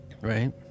Right